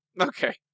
Okay